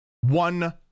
One